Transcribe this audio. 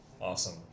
Awesome